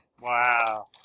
Wow